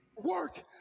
work